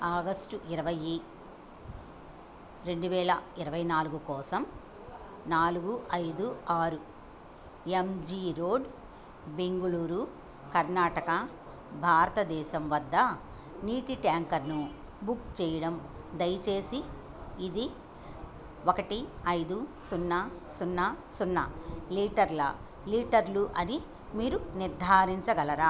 August ఇరవై రెండు వేల ఇరవై నాలుగు కోసం నాలుగు ఐదు ఆరు M G road Bengaluru Karnataka భారతదేశం వద్ద నీటి ట్యాంకర్ను బుక్ చేయడం దయచేసి ఇది ఒకటి ఐదు సున్నా సున్నా సున్నా లీటర్ల లీటర్లు అని మీరు నిర్ధారించగలరా